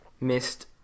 missed